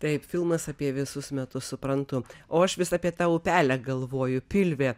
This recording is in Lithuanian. taip filmas apie visus metus suprantu o aš vis apie tą upelę galvoju pilvė